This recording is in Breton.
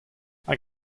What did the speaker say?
hag